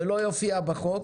זה לא יופיע בחוק,